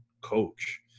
coach